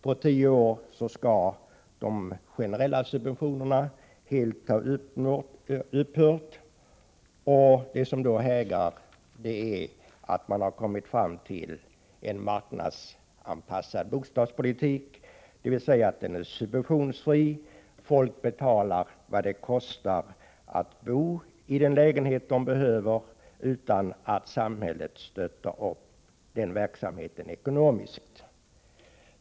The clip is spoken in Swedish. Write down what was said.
På tio år skall de generella subventionerna helt ha upphört. Det som hägrar är att man då har kommit fram till en marknadsanpassad bostadspolitik, dvs. den är subventionsfri, folk betalar vad det kostar att bo i den lägenhet de behöver utan att samhället ekonomiskt stöttar det.